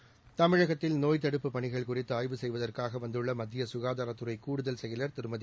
seconds தமிழகத்தில் நோய்த் நதடுப்புப் பணிகள் குறித்து ஆய்வு செய்வதற்காக வந்துள்ள மத்திய க்காதாரத்துறை கூடுதல் செயல் திருமதி